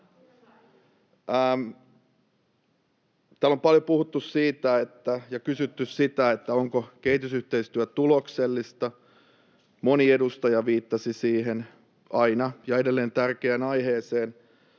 Täällä on paljon puhuttu siitä ja kysytty sitä, onko kehitysyhteistyö tuloksellista. Moni edustaja viittasi siihen aina ja edelleen tärkeään aiheeseen.